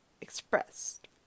expressed